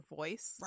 voice